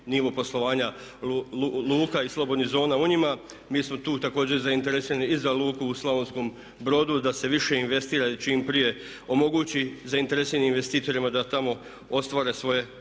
nivo poslovanja luka i slobodnih zona u njima. Mi smo tu također zainteresirani i za luku u Slavonskom Brodu da se više investira i čim prije omogući zainteresiranim investitorima da tamo ostvare svoje